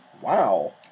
Wow